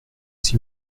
aussi